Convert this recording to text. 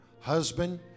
Husband